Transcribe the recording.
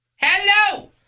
Hello